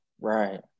right